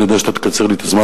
אני יודע שאתה תקצר לי את הזמן.